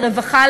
לרווחה,